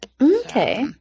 Okay